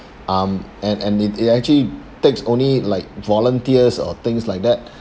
um and and it it actually takes only like volunteers or things like that